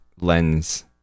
lens